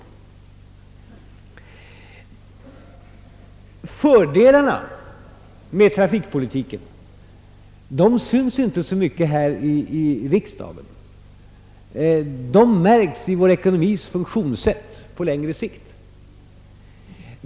Fördelarna med denna trafikpolitik syns inte så mycket här i riksdagen; de märks i vår ekonomis funktionssätt på längre sikt.